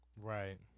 right